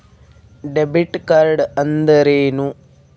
Debit ಕಾರ್ಡ್ಅಂದರೇನು?